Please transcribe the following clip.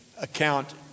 account